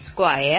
3657MW4